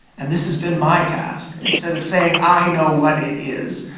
and this has been my task, instead of saying i know what it is,